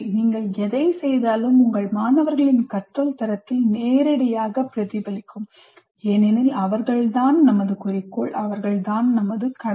நீங்கள் எதைச் செய்தாலும் உங்கள் மாணவர்களின் கற்றல் தரத்தில் நேரடியாக பிரதிபலிக்கும் ஏனெனில் அவர்கள் தான் நமது குறிக்கோள் அவர்கள் தான் நமது கடமை